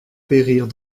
périrent